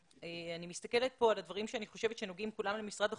אני מסתכלת פה על הדברים שאני חושבת שנוגעים כולם למשרד החוץ,